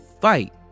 fight